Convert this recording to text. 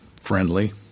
Friendly